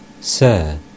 Sir